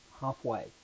halfway